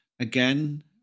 Again